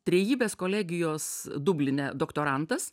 trejybės kolegijos dubline doktorantas